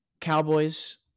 Cowboys